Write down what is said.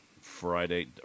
Friday